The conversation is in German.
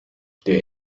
der